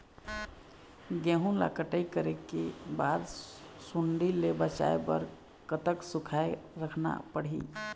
गेहूं ला कटाई करे बाद सुण्डी ले बचाए बर कतक सूखा रखना पड़ही?